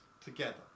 together